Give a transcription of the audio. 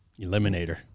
Eliminator